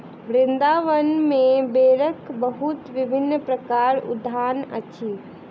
वृन्दावन में बेरक बहुत विभिन्न प्रकारक उद्यान अछि